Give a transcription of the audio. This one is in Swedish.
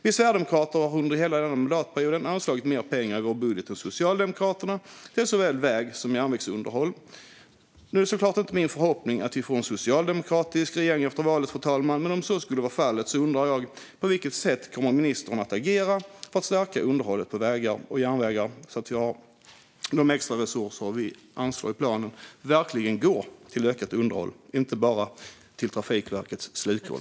Vi Sverigedemokrater har under hela denna mandatperiod i vår budget anslagit mer pengar än Socialdemokraterna till såväl väg som järnvägsunderhåll. Nu är det såklart inte min förhoppning att vi får en socialdemokratisk regering efter valet, fru talman. Men om så skulle vara fallet undrar jag: På vilket sätt kommer ministern att agera för att stärka underhållet på vägar och järnvägar så att de extra resurser vi nu anslår i planen verkligen går till ökat underhåll och inte bara hamnar i Trafikverkets slukhål?